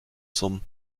zum